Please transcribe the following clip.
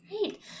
Great